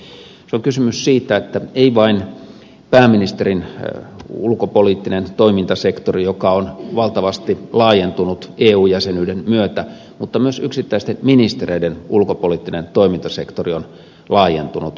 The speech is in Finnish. se on kysymys siitä että ei vain pääministerin ulkopoliittinen toimintasektori joka on valtavasti laajentunut eu jäsenyyden myötä mutta myös yksittäisten ministereiden ulkopoliittinen toimintasektori on laajentunut